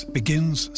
begins